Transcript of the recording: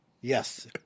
Yes